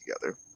together